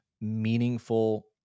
meaningful